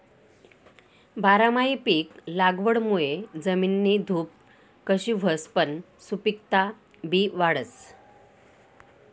बारमाही पिक लागवडमुये जमिननी धुप कमी व्हसच पन सुपिकता बी वाढस